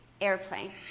Airplane